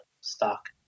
stock